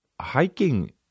hiking